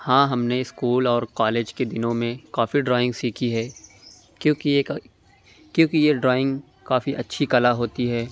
ہاں ہم نے اسکول اور کالج کے دِنوں میں کافی ڈرائنگ سیکھی ہے کیوں کہ کیوں کہ یہ ڈرائنگ کافی اچھی کلّا ہوتی ہے